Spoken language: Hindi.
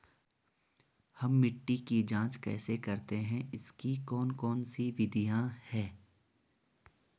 हम मिट्टी की जांच कैसे करते हैं इसकी कौन कौन सी विधियाँ है?